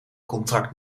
contract